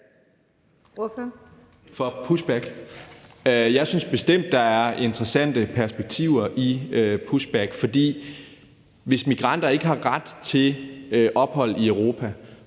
Altså, jeg synes bestemt, der er interessante perspektiver i pushback, for hvis migranter ikke har ret til ophold i Europa,